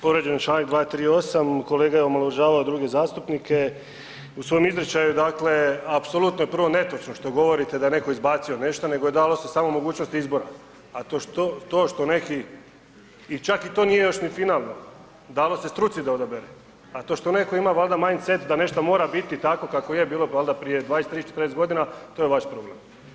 Povrijeđen je članak 238., kolega je omalovažavao druge zastupnike i u svom izričaju, dakle apsolutno je prvo netočno što govorite da je netko izbacio nešto nego dalo se samo mogućnost izbora a to što neki i čak i to nije još ni finalno, dalo se struci da odabere a to što neko ima valjda mind set da nešto mora biti tako kako je bilo valjda prije 20, 30, 40 g., to je vaš problem.